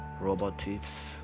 Robotics